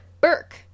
Burke